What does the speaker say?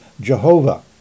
Jehovah